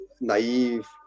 naive